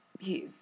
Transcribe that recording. yes